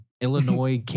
Illinois